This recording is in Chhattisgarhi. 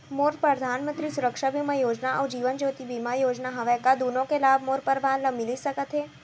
मोर परधानमंतरी सुरक्षा बीमा योजना अऊ जीवन ज्योति बीमा योजना हवे, का दूनो के लाभ मोर परवार ल मिलिस सकत हे?